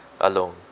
alone